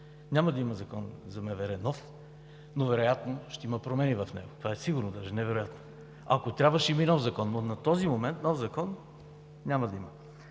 Няма да има нов Закон за МВР, но вероятно ще има промени в него, това е сигурно даже, не вероятно. Ако трябва, ще има и нов Закон. Но на този момент нов Закон няма да има.